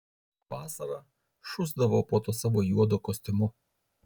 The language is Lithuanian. vasarą šusdavo po tuo savo juodu kostiumu